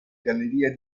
galleria